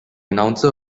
announcer